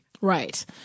Right